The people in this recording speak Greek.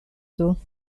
του